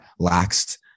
laxed